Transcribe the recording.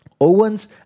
Owen's